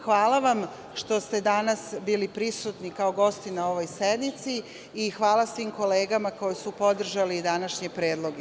Hvala vam što ste danas bili prisutni kao gosti na ovoj sednici i hvala svim kolegama koji su podržali današnje predloge.